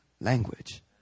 language